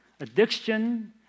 addiction